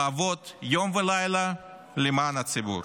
לעבוד יום ולילה למען הציבור.